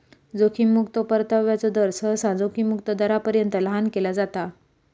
जोखीम मुक्तो परताव्याचो दर, सहसा जोखीम मुक्त दरापर्यंत लहान केला जाता